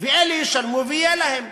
ואלה ישלמו ויהיה להם.